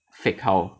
fake how